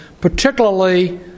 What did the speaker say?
particularly